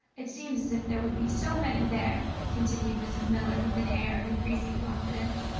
it seems as if there would be so many there, continued mrs. miller with an air of increasing confidence.